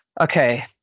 okay